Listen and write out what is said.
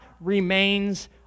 remains